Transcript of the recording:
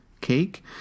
cake